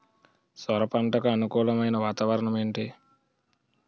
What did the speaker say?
సొర పంటకు అనుకూలమైన వాతావరణం ఏంటి?